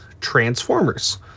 transformers